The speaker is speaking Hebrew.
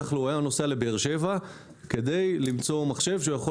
הוא היה נוסע לבאר שבע כדי למצוא מחשב בו הוא יוכל